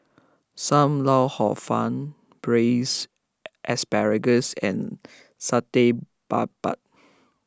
Sam Lau Hor Fun Braised Asparagus and Satay Babat